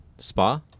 Spa